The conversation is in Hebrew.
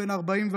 בן 44,